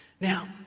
Now